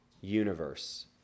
universe